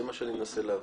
זה מה שאני מנסה להבין.